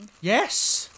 Yes